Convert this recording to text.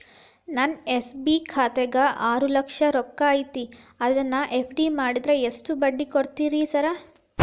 ನನ್ನ ಎಸ್.ಬಿ ಖಾತ್ಯಾಗ ಆರು ಲಕ್ಷ ರೊಕ್ಕ ಐತ್ರಿ ಅದನ್ನ ಎಫ್.ಡಿ ಮಾಡಿದ್ರ ಎಷ್ಟ ಬಡ್ಡಿ ಕೊಡ್ತೇರಿ ಸರ್?